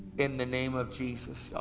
in the name of jesus, god,